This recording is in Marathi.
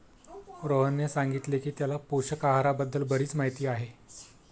रोहनने सांगितले की त्याला पोषक आहाराबद्दल बरीच माहिती आहे